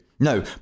No